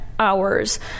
Hours